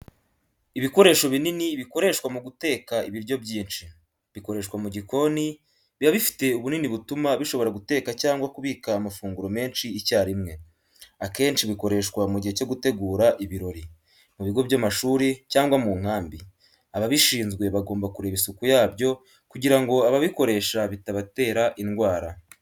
Ibikoresho binini bikoreshwa mu guteka ibiryo byinshi, bikoreshwa mu gikoni, biba bifite ubunini butuma bishobora guteka cyangwa kubika amafunguro menshi icyarimwe. Akenshi bikoreshwa mu gihe cyo gutegura ibirori, mu bigo by’amashuri cyangwa mu nkambi. Ababishinzwe bagomba kureba isuku yabyo kugira ngo ababikoresha bitabatera indwara.